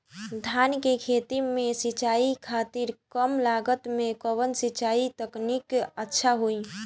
धान के खेती में सिंचाई खातिर कम लागत में कउन सिंचाई तकनीक अच्छा होई?